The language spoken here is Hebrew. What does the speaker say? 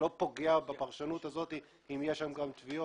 זה לא פוגע בפרשנות הזאת אם יש שם גם תביעות.